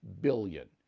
billion